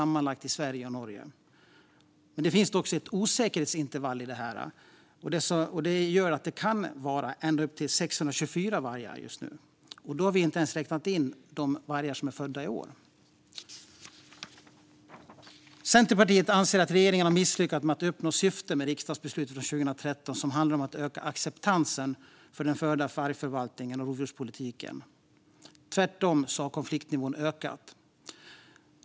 Men det finns ett osäkerhetsintervall i detta, och det gör att det kan vara ända upp till 624 vargar just nu. Och då har vi inte räknat in de vargar som är födda i år. Centerpartiet anser att regeringen har misslyckats med att uppnå syftet med riksdagsbeslutet från 2013, som handlade om att öka acceptansen för vargförvaltningen och rovdjurspolitiken. Konfliktnivån har tvärtom ökat.